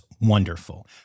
wonderful